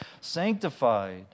sanctified